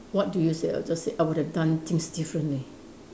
what do you say I would just say I would have done things differently